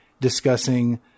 discussing